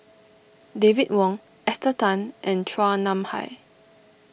David Wong Esther Tan and Chua Nam Hai